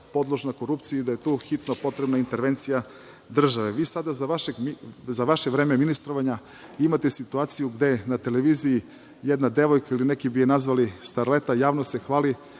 podložna korupciji i da je tu hitno potrebna intervencija države. Vi sada za vaše vreme ministrovanja imate situaciju gde na televiziji jedna devojka, neki bi je nazvali starleta, javno se hvali